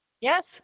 yes